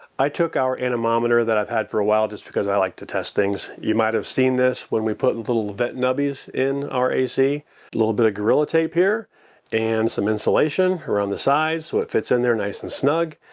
i took our anemometer that i've had for a while, just because i like to test things. you might've seen this when we put and little vent nubbies in our a c. a little bit of gorilla tape here and some insulation around the sides so it fits in there nice and snug,